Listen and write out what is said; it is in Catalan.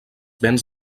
vents